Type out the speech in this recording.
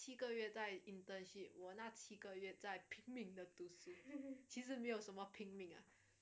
你那七个月在 internship 我那几个月在拼命的读书其实没有什么拼命